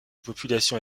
population